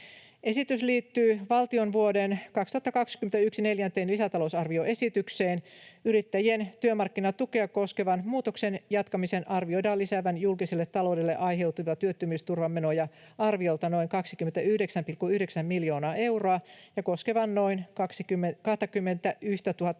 Esitys liittyy valtion vuoden 2021 neljänteen lisätalousarvioesitykseen. Yrittäjien työmarkkinatukea koskevan muutoksen jatkamisen arvioidaan lisäävän julkiselle taloudelle aiheutuvia työttömyysturvan menoja arviolta noin 29,9 miljoonaa euroa ja koskevan noin 21 500:aa